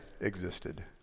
existed